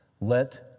Let